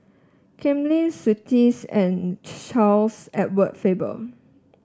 Ken Lim Twisstii and Charles Edward Faber